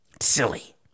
Silly